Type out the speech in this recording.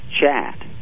chat